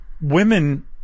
women